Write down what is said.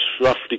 roughly